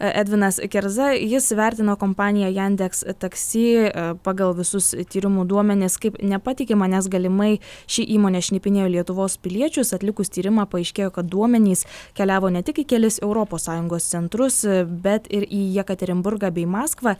edvinas kerza jis vertino kompaniją jandex taksi pagal visus tyrimų duomenis kaip nepatikimą nes galimai ši įmonė šnipinėjo lietuvos piliečius atlikus tyrimą paaiškėjo kad duomenys keliavo ne tik į kelis europos sąjungos centrus bet ir į jekaterinburgą bei maskvą